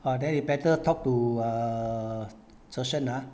!wah! then you better talk to err che shen ah